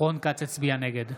רון כץ הצביע נגד.